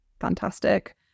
fantastic